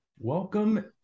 Welcome